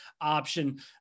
option